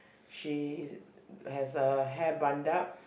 she has her hair bunned up